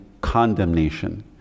condemnation